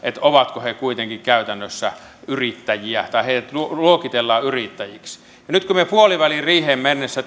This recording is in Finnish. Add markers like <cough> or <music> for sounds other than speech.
ovatko he kuitenkin käytännössä yrittäjiä tai heidät luokitellaan yrittäjiksi nyt kun me puoliväliriiheen mennessä <unintelligible>